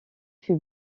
fut